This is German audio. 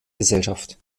gesellschaft